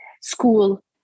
school